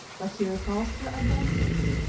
but he repulsed her advances,